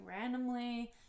randomly